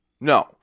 no